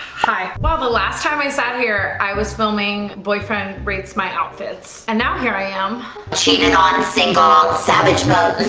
hi. well the last time i saw here i was filming boyfriend rates my outfits and now here i am cheating on a single savage vote